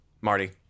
Marty